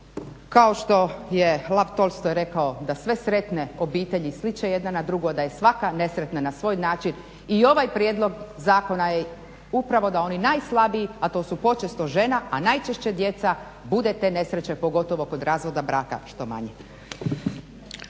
Kao što je Lav Tolstoj rekao da sve sretne obitelji sliče jedna na drugu, a da je svaka nesretna na svoj način. I ovaj prijedlog zakona je upravo da oni najslabiji, a to su počesto žene i najčešće djeca bude te nesreće pogotovo kod razvoda braka što manje.